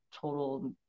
total